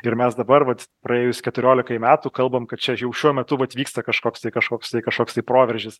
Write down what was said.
ir mes dabar vat praėjus keturiolikai metų kalbam kad čia jau šiuo metu vat vyksta kažkoks tai kažkoks tai kažkoks tai proveržis